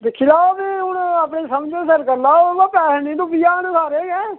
दिक्खी लैओ फ्ही हून अपने समझ दे सिर करी लैओ अवा पैसे निं डुब्बी जान सारे गै